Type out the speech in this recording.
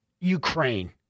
Ukraine